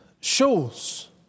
shows